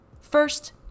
First